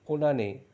ਉਨ੍ਹਾਂ ਨੇ